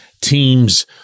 teams